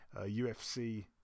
UFC